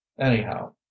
anyhow